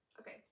Okay